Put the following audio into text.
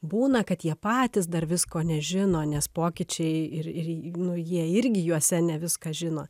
būna kad jie patys dar visko nežino nes pokyčiai ir ir nu jie irgi juose ne viską žino